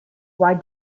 why